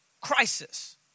crisis